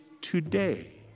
today